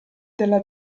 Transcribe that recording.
della